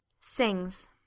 Sings